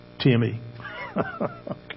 T-M-E